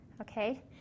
okay